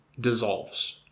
Dissolves